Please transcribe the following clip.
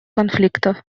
конфликтов